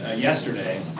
yesterday,